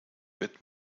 wird